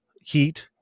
heat